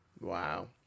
wow